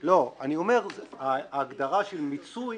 לא, אני אומר שההגדרה של מיצוי